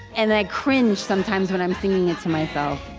and i cringe sometimes when i'm singing it to myself